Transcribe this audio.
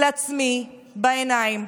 לעצמי בעיניים.